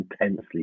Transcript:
intensely